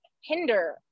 hinder